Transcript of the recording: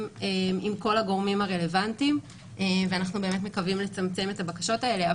עם כל הגורמים הרלוונטיים ואנחנו באמת מקווים לצמצם את הבקשות האלה.